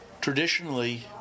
traditionally